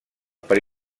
per